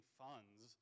funds